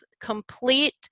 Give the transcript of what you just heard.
complete